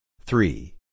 Three